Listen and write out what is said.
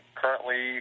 currently